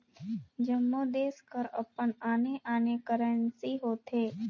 जम्मो देस कर अपन आने आने करेंसी होथे